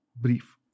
brief